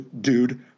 dude